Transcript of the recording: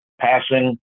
passing